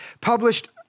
published